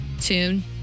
tune